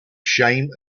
shame